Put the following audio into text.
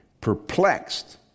Perplexed